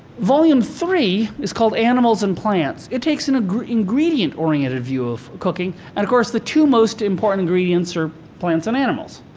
volume three is called animals and plants. it takes an ingredient-oriented view of cooking. and, of course, the two most important ingredients are plants and animals.